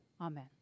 Amen